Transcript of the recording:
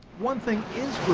one thing is